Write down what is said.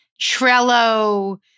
Trello